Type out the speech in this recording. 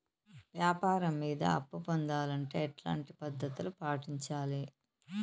వ్యాపారం మీద అప్పు పొందాలంటే ఎట్లాంటి పద్ధతులు పాటించాలి?